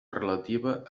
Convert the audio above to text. relativa